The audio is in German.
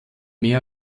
mehr